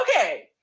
Okay